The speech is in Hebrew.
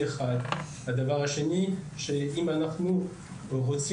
גמליאל, אנא חדד